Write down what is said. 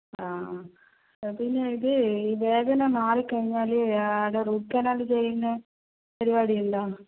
ആ പിന്നെ ഇത് വേദന മാറി കഴിഞ്ഞാല് അവിടെ അവിടെ റൂട്ട് കനാൽ ചെയ്യുന്ന ഒരു വഴി ഉണ്ടോ